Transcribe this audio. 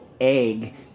egg